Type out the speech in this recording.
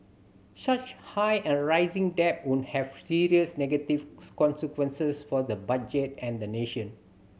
such high and rising debt would have serious negative consequences for the budget and the nation